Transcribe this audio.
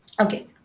Okay